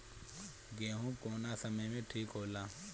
गेहू कौना समय मे ठिक होला?